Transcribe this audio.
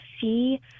see